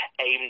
aimed